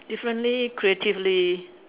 differently creatively